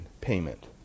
payment